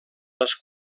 les